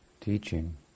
teaching